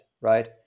right